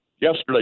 yesterday